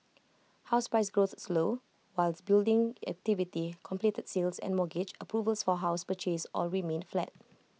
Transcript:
house price growth slowed whilst building activity completed sales and mortgage approvals for house purchase all remained flat